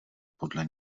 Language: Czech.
podle